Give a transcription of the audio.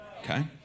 Okay